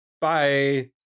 Bye